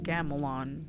Gamelon